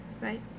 right